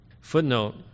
Footnote